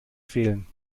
fehlen